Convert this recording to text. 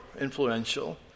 influential